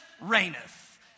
reigneth